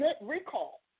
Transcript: recall